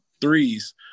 threes